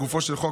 לגופו של חוק,